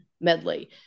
medley